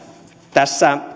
tässä